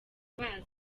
baza